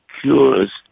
cures